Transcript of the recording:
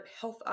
health